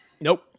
Nope